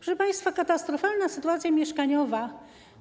Proszę państwa, katastrofalna sytuacja mieszkaniowa